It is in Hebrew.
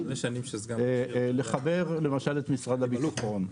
לחבר את משרד הביטחון,